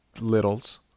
littles